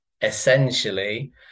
essentially